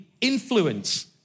influence